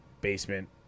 basement